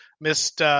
missed